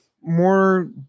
more